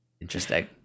Interesting